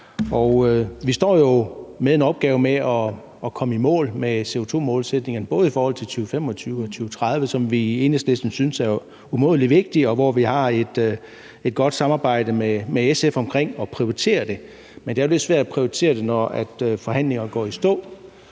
Vi står jo med en opgave med at komme i mål med CO2-målsætningerne, både i forhold til 2025 og 2030, hvilket vi i Enhedslisten synes er umådelig vigtigt, og vi har et godt samarbejde med SF om at prioritere det. Men det er jo lidt svært at prioritere det, når forhandlinger går i stå.